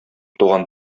туган